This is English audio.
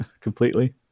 completely